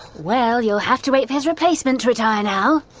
well you'll have to wait for his replacement to retire now.